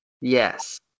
Yes